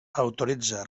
autoritza